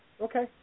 Okay